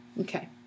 okay